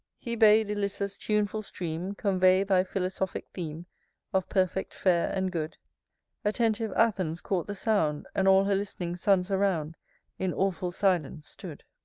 he bad ilyssus' tuneful stream convey thy philosophic theme of perfect, fair, and good attentive athens caught the sound, and all her list'ning sons around in awful silence stood.